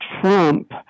Trump